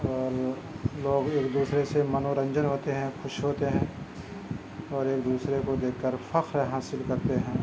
اور لوگ ایک دوسرے سے منورنجن ہوتے ہیں خوش ہوتے ہیں اور ایک دوسرے کو دیکھ کر فخر حاصل کرتے ہیں